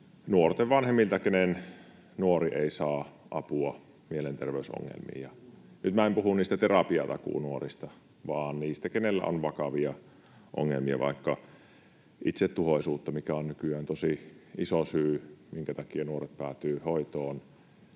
nuorten vanhemmilta, joiden nuori ei saa apua mielenterveysongelmiin — ja nyt minä en puhu niistä terapiatakuunuorista vaan niistä, kenellä on vakavia ongelmia, vaikka itsetuhoisuutta, mikä on nykyään tosi iso syy, minkä takia nuoret päätyvät hoitoon.